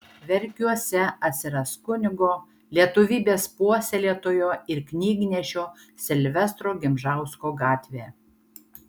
verkiuose atsiras kunigo lietuvybės puoselėtojo ir knygnešio silvestro gimžausko gatvė